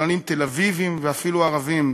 שמאלנים תל-אביבים ואפילו ערבים,